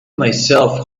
myself